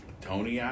Tony